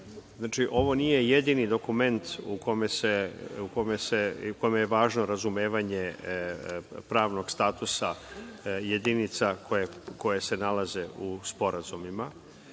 Ovo nije jedini dokument u kome je važno razumevanje pravnog statusa jedinica koje se nalaze u sporazumima.